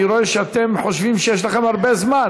אני רואה שאתם חושבים שיש לכם הרבה זמן.